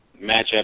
matchup